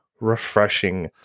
refreshing